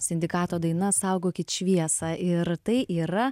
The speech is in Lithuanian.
sindikato daina saugokit šviesą ir tai yra